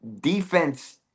defense